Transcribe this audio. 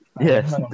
Yes